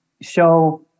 show